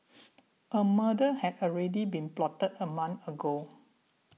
a murder had already been plotted a month ago